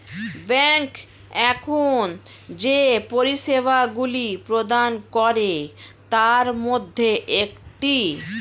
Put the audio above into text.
bank এখন যে পরিষেবাগুলি প্রদান করে তার মধ্যে একটি